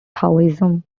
taoism